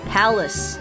Palace